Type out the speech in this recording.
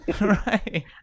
Right